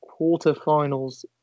quarterfinals